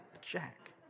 Jack